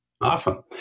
Awesome